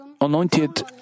anointed